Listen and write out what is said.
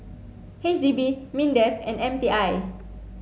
H D B MINDEF and M T I